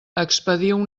expediu